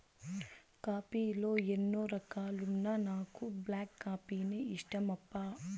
coffee లో ఎన్నో రకాలున్నా నాకు బ్లాక్ కాఫీనే ఇష్టమప్పా